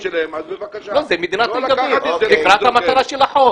בבקשה לא לקחת את זה --- תקרא את המטרה של החוק.